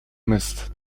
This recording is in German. mist